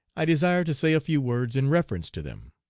i desire to say a few words in reference to them.